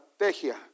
estrategia